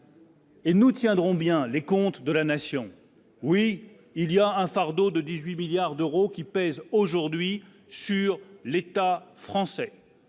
Et nous tiendrons bien les comptes de la nation, oui, il y a un fardeau de 18 milliards d'euros qui pèse aujourd'hui sur l'État français.